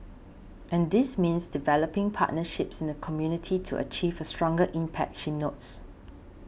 and this means developing partnerships in the community to achieve a stronger impact she notes